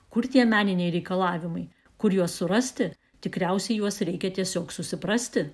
kur tie meniniai reikalavimai kur juos surasti tikriausiai juos reikia tiesiog susiprasti